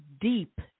deep